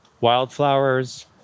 wildflowers